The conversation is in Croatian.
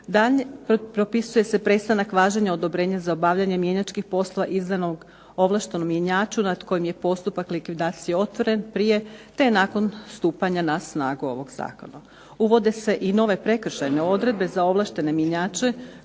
Propisuje se prestanak važenja odobrenja za obavljanje mjenjačkih poslova izdanog ovlaštenom mjenjaču nad kojim je postupak likvidacije otvoren prije te nakon stupanja na snagu ovog zakona. Uvode se i nove prekršajne odredbe za ovlaštene mjenjače